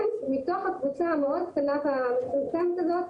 הם מתוך הקבוצה המאוד קטנה והמצומצמת הזאת